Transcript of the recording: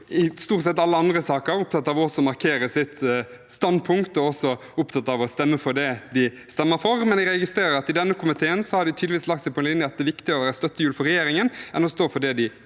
i stort sett alle andre saker er opptatt av å markere sitt standpunkt og å stemme for det de er for. Men jeg registrerer at i denne komiteen har de tydeligvis lagt seg på den linjen at det er viktigere å være støttehjul for regjeringen enn å stå for det de i